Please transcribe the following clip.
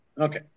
Okay